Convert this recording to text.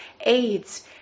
AIDS